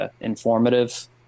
informative